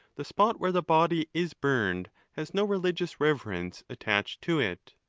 the spot where the body is burned has no religious reverence attached to it.